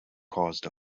caused